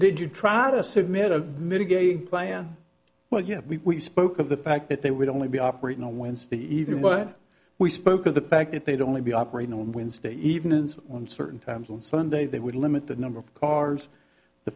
plan well you know we spoke of the fact that they would only be operating on wednesday evening but we spoke of the fact that they'd only be operating on wednesday evenings on certain times on sunday they would limit the number of cars the